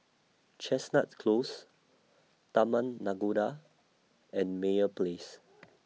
Chestnut Close Taman Nakhoda and Meyer Place